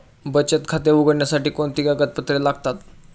बचत खाते उघडण्यासाठी कोणती कागदपत्रे लागतात?